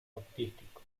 artístico